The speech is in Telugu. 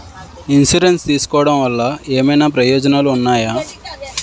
ఇన్సురెన్స్ తీసుకోవటం వల్ల ఏమైనా ప్రయోజనాలు ఉన్నాయా?